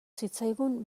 zitzaigun